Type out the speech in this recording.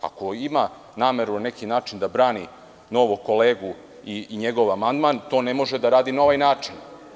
Ako ima nameru na neki način da brani novog kolegu i njegov amandman, to ne može da radi na ovaj način.